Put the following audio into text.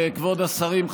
כבוד השרים,